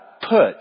put